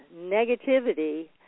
negativity